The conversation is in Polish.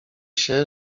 się